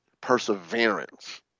perseverance